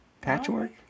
Patchwork